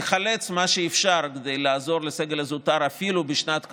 נחלץ מה שאפשר כדי לעזור לסגל הזוטר אפילו בשנת קורונה.